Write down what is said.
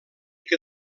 que